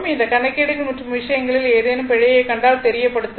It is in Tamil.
இந்த கணக்கீடுகள் மற்ற விஷயங்களில் ஏதேனும் பிழையை கண்டால் தெரியப்படுத்துங்கள்